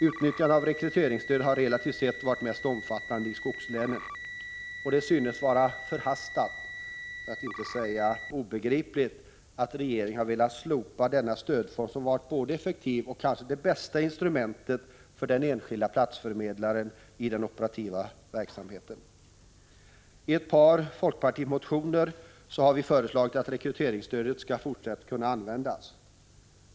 Utnyttjandet av rekryteringsstödet har relativt sett varit mest omfattande i skogslänen. Det synes vara förhastat, för att inte säga obegripligt, att regeringen har velat slopa denna stödform som har varit både effektiv och kanske det bästa instrumentet för den enskilde platsförmedlaren i den operativa verksamheten. I ett par folkpartimotioner har vi föreslagit att rekryteringsstödet skall fortsatt kunna användas.